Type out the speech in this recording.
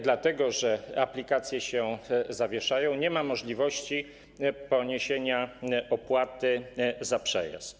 Dlatego że aplikacje się zawieszają, nie ma możliwości poniesienia opłaty za przejazd.